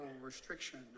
restriction